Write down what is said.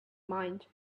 mind